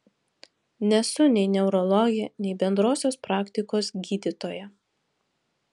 nesu nei neurologė nei bendrosios praktikos gydytoja